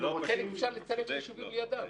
זה לא.